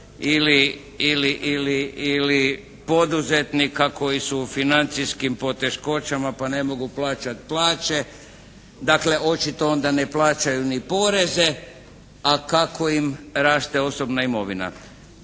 ili poduzetnika koji su u financijskim poteškoćama pa ne mogu plaćati plaće. Dakle, očito onda ne plaćaju ni poreze, a kako im raste osobna imovina.